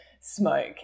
smoke